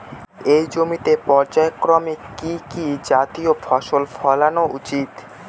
একই জমিতে পর্যায়ক্রমে কি কি জাতীয় ফসল ফলানো উচিৎ?